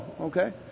okay